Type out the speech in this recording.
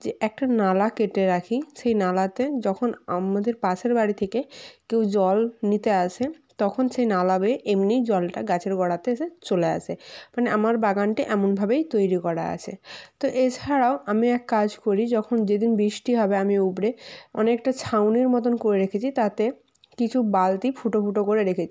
যে একটা নালা কেটে রাখি সেই নালাতে যখন আমাদের পাশের বাড়ি থেকে কেউ জল নিতে আসে তখন সেই নালা বেয়ে এমনই জলটা গাছের গোঁড়াতে এসে চলে আসে মানে আমার বাগানটা এমনভাবেই তৈরি করা আছে তো এছাড়াও আমি এক কাজ করি যখন যেদিন বৃষ্টি হবে আমি উপড়ে অনেকটা ছাউনির মতন করে রেখে যাই তাতে কিছু বালতি ফুটো ফুটো করে রেখেছি